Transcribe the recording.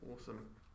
Awesome